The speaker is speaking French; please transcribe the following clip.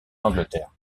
angleterre